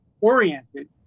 oriented